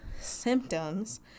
symptoms